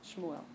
Shmuel